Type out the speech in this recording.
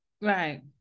right